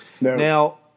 Now